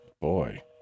Boy